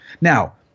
Now